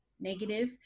negative